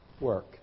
work